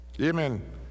Amen